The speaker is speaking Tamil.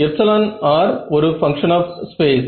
εr ஒரு பங்க்ஷன் ஆப் ஸ்பேஸ்